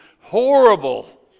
horrible